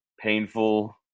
painful